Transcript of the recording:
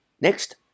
Next